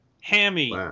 hammy